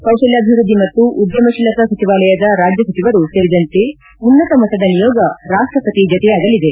ಕೌಶಲ್ವಾಭಿವೃದ್ದಿ ಮತ್ತು ಉದ್ದಮಶೀಲತಾ ಸಚಿವಾಲಯದ ರಾಜ್ಯ ಸಚಿವರು ಸೇರಿದಂತೆ ಉನ್ನತ ಮಟ್ಟದ ನಿಯೋಗ ರಾಷ್ಲಪತಿ ಜತೆಯಾಗಲಿದೆ